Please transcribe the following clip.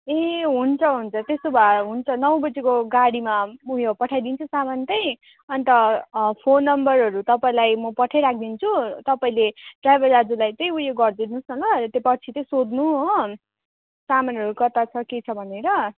ए हुन्छ हुन्छ त्यसो भए हुन्छ नौ बजेको गाडीमा ऊ यो पठाइदिन्छु सामान चाहिँ अन्त फोन नम्बरहरू तपाईँलाई म पठाइ राखिदिन्छु तपाईँले ड्राइभर दाजुलाईँ चाहिँ ऊ यो गरिदिनुहोस् न त त्यो पछि चाहिँ सोध्नु हो सामानहरू कता छ के छ भनेर